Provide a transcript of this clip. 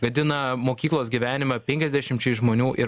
gadina mokyklos gyvenimą penkiasdešimčiai žmonių ir